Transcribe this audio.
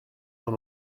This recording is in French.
dans